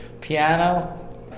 Piano